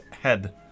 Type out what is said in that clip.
head